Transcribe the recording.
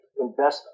investment